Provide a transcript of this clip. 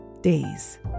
days